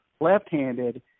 left-handed